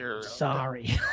Sorry